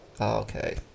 Okay